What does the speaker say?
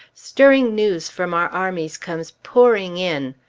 stirring news from our armies comes pouring in.